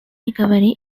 recovery